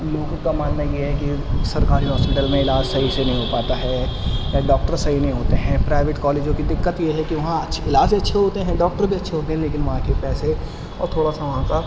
لوگوں کا ماننا یہ ہے کہ سرکاری ہاسپٹل میں علاج صحیح سے نہیں ہو پاتا ہے یا ڈاکٹر صحیح نہیں ہوتے ہیں پرائیویٹ کالجوں کی دقت یہ ہے کہ وہاں علاج اچھے ہوتے ہیں ڈاکٹر بھی اچھے ہوتے ہیں لیکن وہاں کے پیسے اور تھوڑا سا وہاں کا